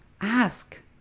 Ask